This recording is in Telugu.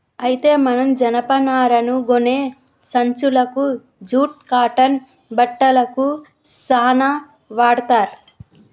అయితే మనం జనపనారను గోనే సంచులకు జూట్ కాటన్ బట్టలకు సాన వాడ్తర్